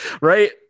right